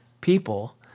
people